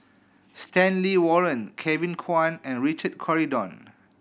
Stanley Warren Kevin Kwan and Richard Corridon